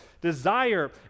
desire